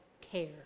care